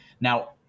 Now